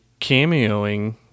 cameoing